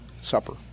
supper